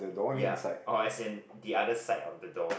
ya oh as in the other side of the door